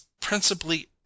principally